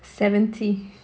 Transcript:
seventy